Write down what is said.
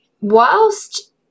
Whilst